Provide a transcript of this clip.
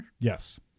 Yes